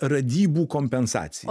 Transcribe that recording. radybų kompensacija